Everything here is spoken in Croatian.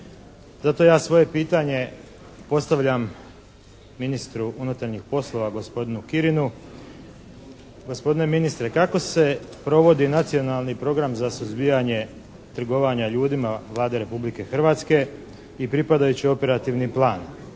Zato ja svoje pitanje postavljam ministru unutarnjih poslova, gospodinu Kirinu. Gospodine ministre kako se provodi Nacionalni program za suzbijanje trgovanja ljudima Vlade Republike Hrvatske i pripadajući operativni plan.